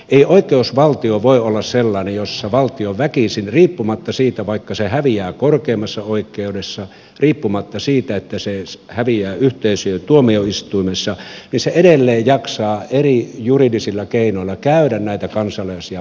ei oikeusvaltio voi olla sellainen jossa valtio väkisin riippumatta siitä että se häviää korkeimmassa oikeudessa riippumatta siitä että se häviää yhteisöjen tuomioistuimessa edelleen jaksaa eri juridisilla keinoilla käydä näitä kansalaisia vastaan oikeutta